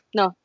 no